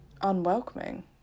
unwelcoming